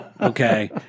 Okay